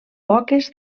poques